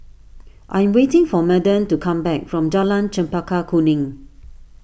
I am waiting for Madden to come back from Jalan Chempaka Kuning